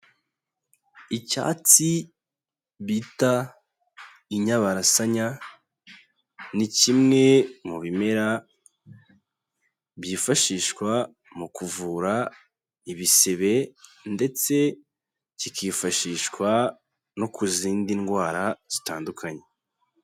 Icyatsi bita inyabarasanya ni kimwe mu bimera byifashishwa mu kuvura ibisebe ndetse kikifashishwa no ku zindi ndwara zitandukanye.